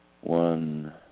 one